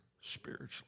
spiritually